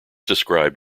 described